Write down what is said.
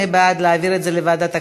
מי בעד להעביר את זה לוועדת הכלכלה?